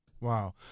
Wow